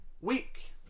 week